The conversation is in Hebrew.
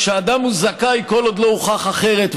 שאדם הוא זכאי כל עוד לא הוכח אחרת.